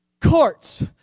courts